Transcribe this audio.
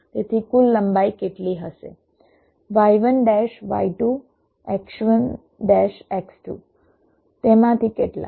તેથી કુલ લંબાઈ કેટલી હશે તેમાંથી કેટલાક